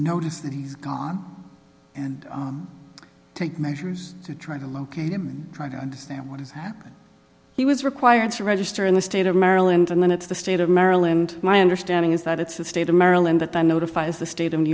notice that he's gone and take measures to try to locate him trying to understand what he was required to register in the state of maryland and then it's the state of maryland my understanding is that it's the state of maryland but i notifies the state of new